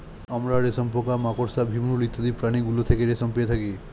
আমরা রেশম পোকা, মাকড়সা, ভিমরূল ইত্যাদি প্রাণীগুলো থেকে রেশম পেয়ে থাকি